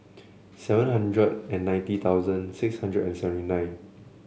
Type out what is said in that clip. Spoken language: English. seven hundred and ninety thousand six hundred and seventy nine